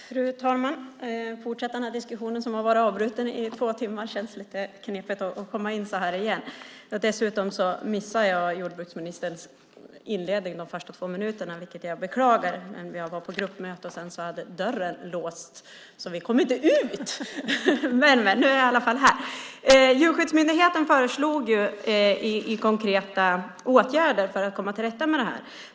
Fru talman! Vi fortsätter nu en diskussion som har varit avbruten i två timmar. Det känns lite knepigt att komma in nu. Dessutom missade jag de två första minuterna på jordbruksministerns anförande, vilket jag beklagar. Jag var på gruppmöte, och dörren hade låsts - så vi kom inte ut! Men nu är jag i alla fall här. Djurskyddsmyndigheten föreslog konkreta åtgärder för att komma till rätta med problemet.